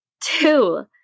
Two